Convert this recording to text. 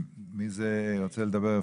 מי רוצה לדבר?